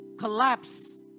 Collapse